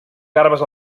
garbes